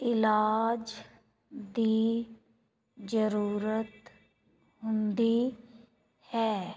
ਇਲਾਜ ਦੀ ਜ਼ਰੂਰਤ ਹੁੰਦੀ ਹੈ